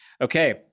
okay